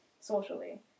socially